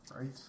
Right